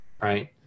right